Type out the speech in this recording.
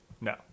No